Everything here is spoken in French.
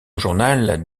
journal